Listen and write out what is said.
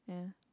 yeah